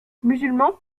musulman